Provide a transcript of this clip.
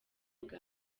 bwa